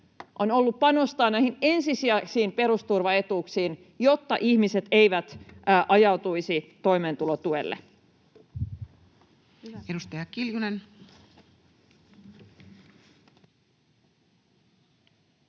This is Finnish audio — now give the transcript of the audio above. on ollut panostaa näihin ensisijaisiin perusturvaetuuksiin, jotta ihmiset eivät ajautuisi toimeentulotuelle. Edustaja Kiljunen.